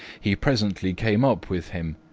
he presently came up with him,